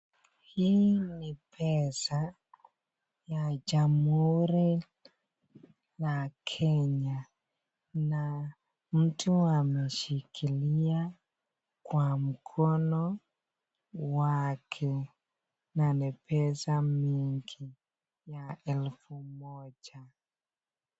Hii ni pesa ya Jamhuri ya Kenya na mtu ameshikilia kwa mkono wake na ni pesa mingi ya elfu moja.